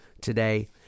today